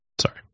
sorry